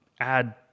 add